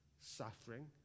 suffering